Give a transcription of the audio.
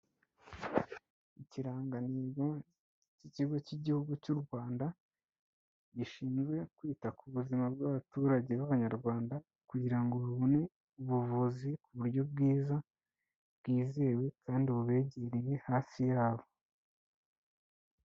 Ikirangantego cy'Ikigo cy'Igihugu cy'u Rwanda gishinzwe kwita ku buzima bw'abaturage b'Abanyarwanda kugira ngo babone ubuvuzi ku buryo bwiza, bwizewe kandi bubegereye hafi yabo.